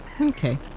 Okay